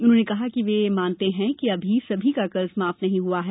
उन्होंने कहा कि वे यह मानते हैं कि अभी सभी का कर्जा माफ नहीं हुआ है